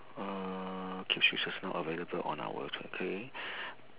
uh captions is not available on our okay